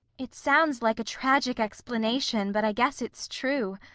it sounds like a tragic explanation but i guess it's true.